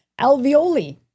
alveoli